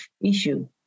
issue